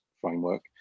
framework